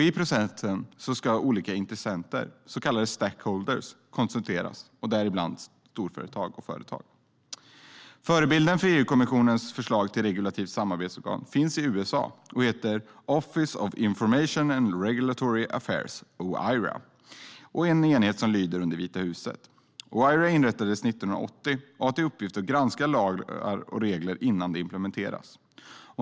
I processen ska olika intressenter, så kallade stakeholders, konsulteras, däribland storföretag och företag. Förebilden för EU-kommissionens förslag till ett regulativt samarbetsorgan finns i USA och heter Office of Information and Regulatory Affairs, OIRA. Det är en enhet som lyder under Vita huset. OIRA inrättades 1980 och har till uppgift att granska lagar och regler innan de implementeras.